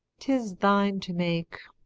tis thine to make,